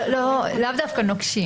לאו דווקא נוקשים.